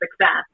success